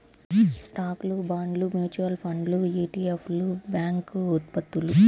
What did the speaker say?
స్టాక్లు, బాండ్లు, మ్యూచువల్ ఫండ్లు ఇ.టి.ఎఫ్లు, బ్యాంక్ ఉత్పత్తులు